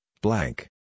blank